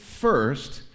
first